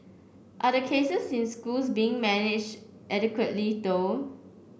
are the cases in schools being manage adequately though